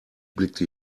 blickte